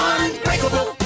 Unbreakable